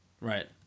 Right